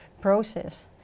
process